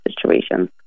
situations